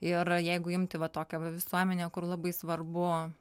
ir jeigu imti va tokią va visuomenę kur labai svarbu